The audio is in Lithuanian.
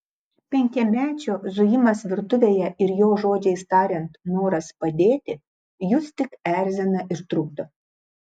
penkiamečio zujimas virtuvėje ir jo žodžiais tariant noras padėti jus tik erzina ir trukdo